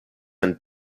and